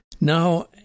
Now